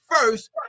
first